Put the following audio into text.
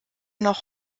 noch